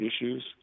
issues